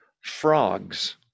frogs